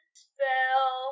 spell